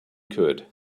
could